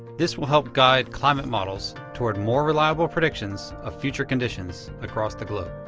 this will help guide climate models toward more reliable predictions of future conditions across the globe.